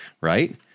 right